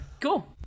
cool